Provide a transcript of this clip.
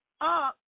up